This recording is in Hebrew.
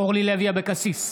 אורלי לוי אבקסיס,